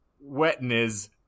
wetness